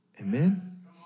Amen